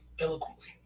eloquently